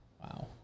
Wow